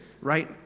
right